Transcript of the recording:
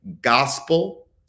gospel